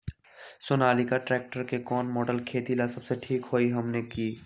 Sonalika tractor के कौन model खेती ला सबसे ठीक होई हमने की?